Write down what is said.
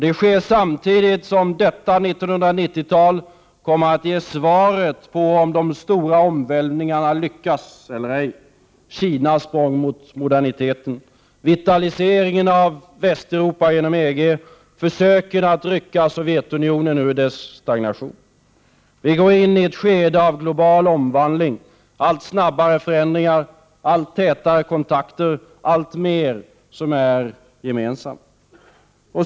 Det sker samtidigt som detta 90-tal kommer att ge svaret på frågan om de stora omvälvningarna lyckas eller ej — Kinas språng mot moderniteten, vitaliseringen av Västeuropa genom EG och försöken att rycka Sovjetunionen ur dess stagnation. Vi går in i ett skede av global omvandling — allt snabbare förändringar, allt tätare kontakter och allt mer som är gemensamt.